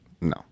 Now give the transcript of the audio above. no